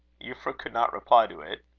euphra could not reply to it.